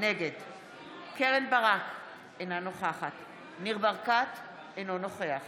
נגד קרן ברק, אינה נוכחת ניר ברקת, אינו נוכח